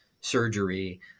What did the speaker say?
surgery